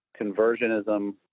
conversionism